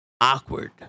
awkward